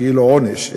כאילו עונש,